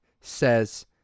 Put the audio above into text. says